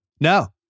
No